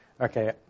Okay